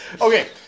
okay